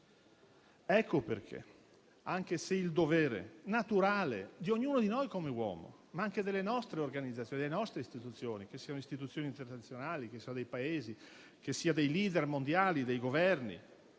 Ecco perché, anche se il dovere naturale di ognuno di noi, come uomini, ma anche delle nostre organizzazioni e delle nostre istituzioni - che siano le istituzioni internazionali, i singoli Paesi o i *leader* mondiali dei Governi